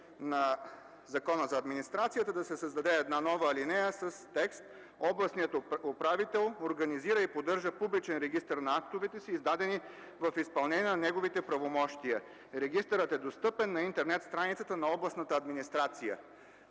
на Закона за администрацията да се създаде една нова алинея с текст: „Областният управител организира и поддържа публичен регистър на актовете си, издадени в изпълнение на неговите правомощия. Регистърът е достъпен на интернет страницата на областната администрация.”.